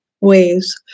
waves